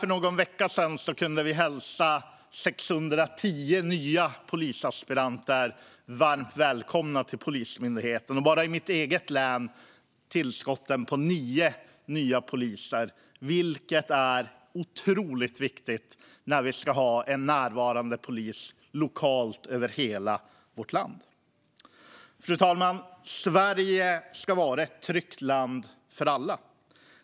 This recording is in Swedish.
För någon vecka sedan kunde vi hälsa 610 nya polisaspiranter varmt välkomna till myndigheten. Bara i mitt eget län var tillskottet nio nya poliser, vilket är otroligt viktigt när vi ska ha en polis som är lokalt närvarande i hela landet. Fru talman! Sverige ska vara ett tryggt land för alla.